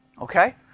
Okay